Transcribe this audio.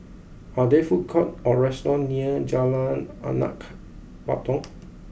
are there food courts or restaurants near Jalan Anak Patong